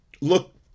look